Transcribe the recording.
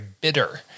bitter